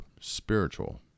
spiritual